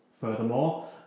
Furthermore